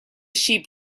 sheep